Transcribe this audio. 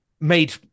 made